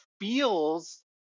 feels